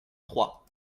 trois